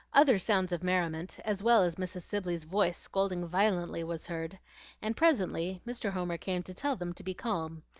other sounds of merriment, as well as mrs. sibley's voice scolding violently, was heard and presently mr. homer came to tell them to be calm,